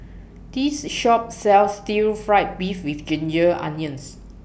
This Shop sells Stir Fried Beef with Ginger Onions